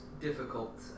difficult